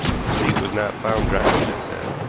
you see it was not found drowned i said.